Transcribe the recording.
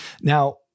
Now